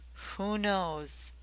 who knows!